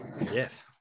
Yes